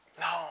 No